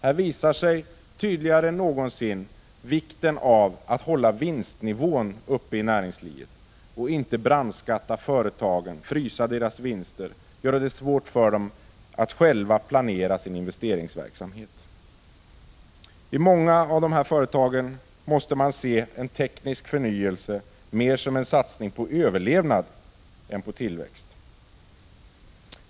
Här visar sig tydligare än någonsin vikten av att hålla vinstnivån uppe i näringslivet och att inte brandskatta företagen, frysa deras vinster, göra det svårt för dem att själva planera sin investeringsverksamhet. I många av dessa företag måste man se en teknisk förnyelse mer som en satsning på överlevnad än på tillväxt.